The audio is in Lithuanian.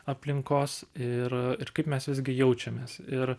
aplinkos ir ir kaip mes visgi jaučiamės ir